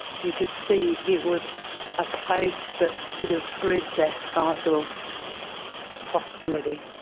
you could see it was a place that would have bred that type of hostility.